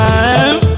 Time